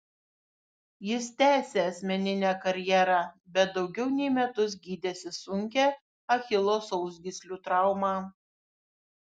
jis tęsė asmeninę karjerą bet daugiau nei metus gydėsi sunkią achilo sausgyslių traumą